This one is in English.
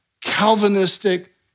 Calvinistic